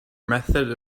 method